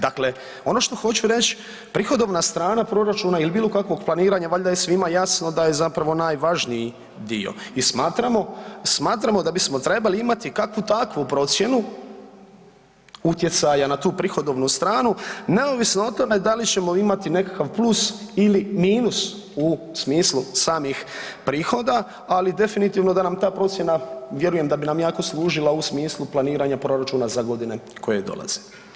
Dakle, ono što hoću reć, prihodovna strana proračuna il bilo kakvog planiranja valjda je svima jasno da je zapravo najvažniji dio i smatramo, smatramo da bismo trebali imati kakvu takvu procjenu utjecaja na tu prihodovnu stranu neovisno o tome da li ćemo imati nekakav plus ili minus u smislu samih prihoda, ali definitivno da nam ta procjena vjerujem da bi nam jako služila u smislu planiranja proračuna za godine koje dolaze.